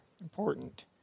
important